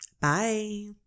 Bye